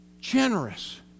generous